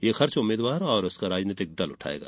यह खर्च उम्मीदवार और उसका राजनैतिक दल उठायेगा